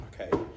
Okay